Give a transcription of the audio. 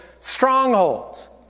strongholds